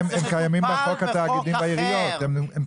קיימים ומוגנים בחוק התאגידים והעיריות.